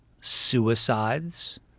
suicides